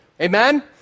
Amen